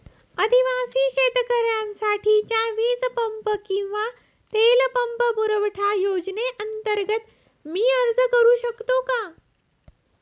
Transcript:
आदिवासी शेतकऱ्यांसाठीच्या वीज पंप किंवा तेल पंप पुरवठा योजनेअंतर्गत मी अर्ज करू शकतो का?